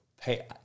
pay